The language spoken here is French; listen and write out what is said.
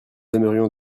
aimerions